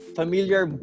familiar